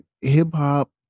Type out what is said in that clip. hip-hop